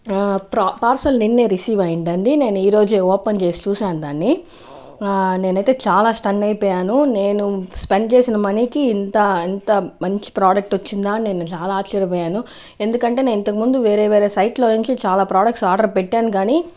parcel నిన్నే receive అయిందని నేను ఈరోజు ఓపెన్ చేసి చూసాను దాన్ని నేనైతే చాలా స్టన్ అయిపోయాను నేను స్పెండ్ చేసిన మనీకి ఇంత ఇంత మంచి ప్రాడక్ట్ వచ్చిందా నేను చాలా ఆశ్చర్యపోయాను ఎందుకంటే నేను ఇంతకు ముందు వేరే వేరే సైట్లో నుంచి చాలా ప్రొడక్ట్స్ ఆర్డర్ పెట్టాను కాని